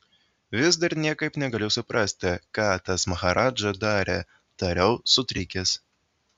vis dar niekaip negaliu suprasti ką tas maharadža darė tariau sutrikęs